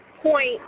point